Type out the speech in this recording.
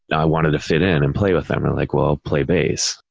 and i wanted to fit in and play with them theyre like, well play bass,